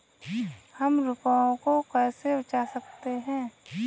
हम रुपये को कैसे बचा सकते हैं?